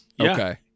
Okay